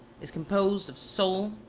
is composed of soul,